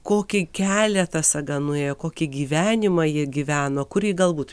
kokį kelią ta saga nuėjo kokį gyvenimą ji gyveno kur ji galbūt